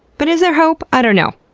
but is there hope? i don't know.